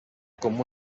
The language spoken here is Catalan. com